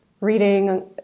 reading